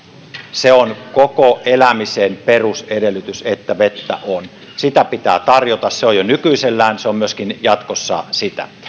se on koko elämisen perusedellytys että vettä on sitä pitää tarjota se on niin jo nykyisellään se on myöskin jatkossa sitä